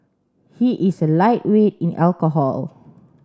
he is a lightweight in alcohol